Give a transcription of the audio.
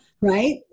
Right